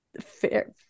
fair